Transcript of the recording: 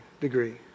degree